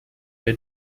der